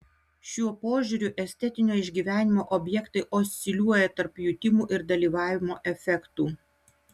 šiuo požiūriu estetinio išgyvenimo objektai osciliuoja tarp jutimų ir dalyvavimo efektų